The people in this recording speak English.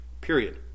Period